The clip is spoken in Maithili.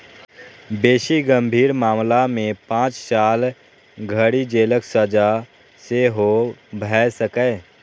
बेसी गंभीर मामला मे पांच साल धरि जेलक सजा सेहो भए सकैए